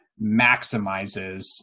maximizes